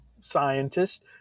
scientist